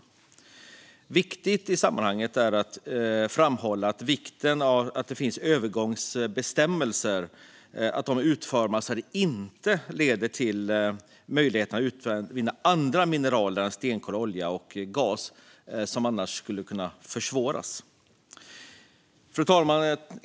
Det är viktigt i sammanhanget att det finns övergångsbestämmelser och att de utformas så att de inte leder till att möjligheterna att utvinna annat än stenkol, olja och gas försvåras. Fru talman!